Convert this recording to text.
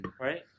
Right